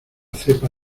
cepa